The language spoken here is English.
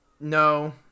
no